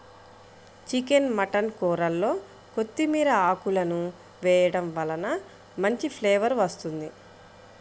chicken mutton కూరల్లో కొత్తిమీర ఆకులను వేయడం వలన మంచి ఫ్లేవర్ వస్తుంది